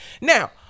Now